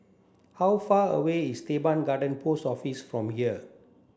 how far away is Teban Garden Post Office from here